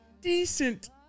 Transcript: decent